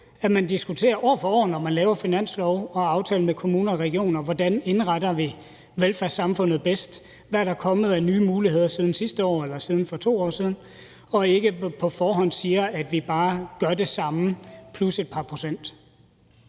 at man diskuterer år for år, når man laver finanslov og aftaler med kommunerne og regionerne, hvordan vi indretter velfærdssamfundet bedst, hvad der er kommet af nye muligheder siden sidste år eller siden for 2 år siden, og ikke på forhånd siger, at vi bare gør det samme plus et par procent.